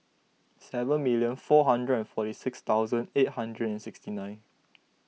seven million four hundred and forty six thousand eight hundred and sixty nine